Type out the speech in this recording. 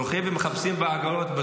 הולכים ומחפשים בעגלות,